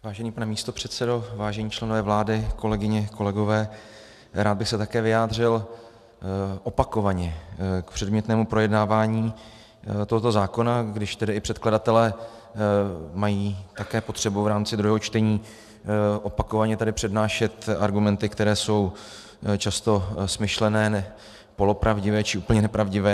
Vážený pane místopředsedo, vážení členové vlády, kolegyně, kolegové, rád bych se také vyjádřil opakovaně k předmětnému projednávání tohoto zákona, když tedy předkladatelé mají také potřebu v rámci druhého čtení opakovaně tady přednášet argumenty, které jsou často smyšlené, polopravdivé či úplně nepravdivé.